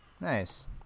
Nice